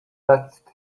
touched